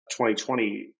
2020